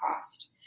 cost